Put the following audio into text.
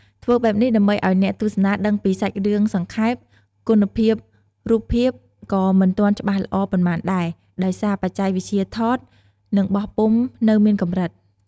ធ្វើបែបនេះដើម្បីឱ្យអ្នកទស្សនាដឹងពីសាច់រឿងសង្ខេប គុណភាពរូបភាពក៏មិនទាន់ច្បាស់ល្អប៉ុន្មានដែរ ដោយសារបច្ចេកវិទ្យាថត និងបោះពុម្ពនៅមានកម្រិត ។